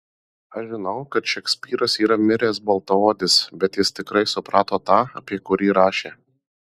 aš žinau kad šekspyras yra miręs baltaodis bet jis tikrai suprato tą apie kurį rašė